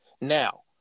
Now